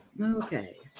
Okay